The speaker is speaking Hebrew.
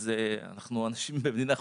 אז אנחנו אנשים במדינה חופשית,